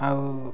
ଆଉ